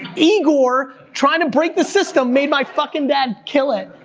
igor trying to break the system, made my fucking dad kill it.